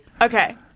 Okay